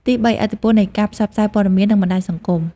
ទីបី ឥទ្ធិពលនៃការផ្សព្វផ្សាយព័ត៌មាន និងបណ្តាញសង្គម។